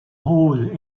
rôle